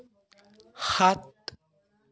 সাত